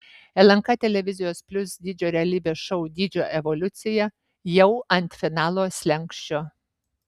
lnk televizijos plius dydžio realybės šou dydžio evoliucija jau ant finalo slenksčio